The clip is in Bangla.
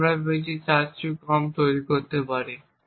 যা আমরা পেয়েছি তার চেয়ে কম তৈরি করতে পারি